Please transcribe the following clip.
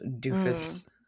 doofus